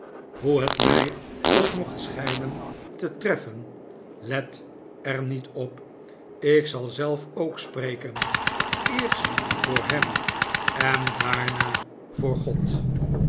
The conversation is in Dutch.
hoe het mij ook mocht schijnen te treffen let er niet op ik zal zelf ook spreken eerst voor hem en daarna voor god